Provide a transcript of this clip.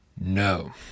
No